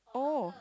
oh